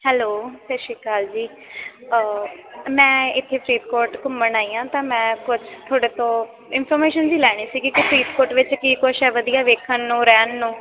hello ਸਤਿ ਸ਼੍ਰੀ ਅਕਾਲ ਜੀ ਮੈਂ ਇੱਥੇ ਫਰੀਦਕੋਟ ਘੁੰਮਣ ਆਈ ਹਾਂ ਤਾਂ ਮੈਂ ਕੁਝ ਤੁਹਾਡੇ ਤੋਂ ਇਨਫੋਰਮੇਸ਼ਨ ਜੀ ਲੈਣੀ ਸੀਗੀ ਕਿ ਫਰੀਦਕੋਟ ਵਿੱਚ ਕੀ ਕੁਛ ਹੈ ਵਧੀਆ ਵੇਖਣ ਨੂੰ ਰਹਿਣ ਨੂੰ